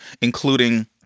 including